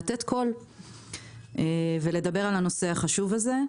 חשוב לי לתת קול ולדבר על הנושא החשוב הזה.